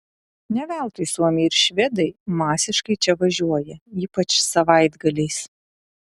ne veltui suomiai ir švedai masiškai čia važiuoja ypač savaitgaliais